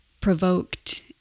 provoked